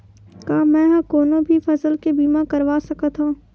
का मै ह कोनो भी फसल के बीमा करवा सकत हव?